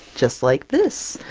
just like this.